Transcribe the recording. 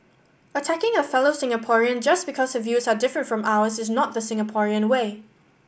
attacking a fellow Singaporean just because her views are different from ours is not the Singaporean way